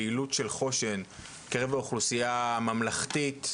הפעילות של חוש"ן בקרב אוכלוסייה הממלכתית,